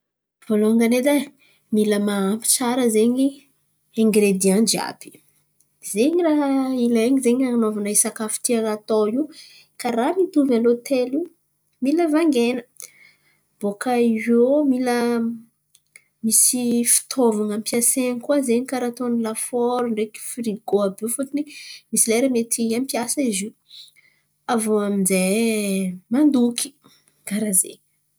Vôlôngan̈y edy ai mila mahampy tsara zen̈y ingredian jiàby. Zen̈y raha ilan̈a zen̈y an̈anaovana sakafo tiana atao io karà mitovy a l'hotely in̈y mila vangaina. Bôkà eo mila misy fitaovana ampiasain̈y koa zen̈y karà ataon̈y lafaoro ndraiky frigô àby io fôton̈y msiy lera mety ampiasa izy io. Avô amin'jay mandoky, karà zen̈y.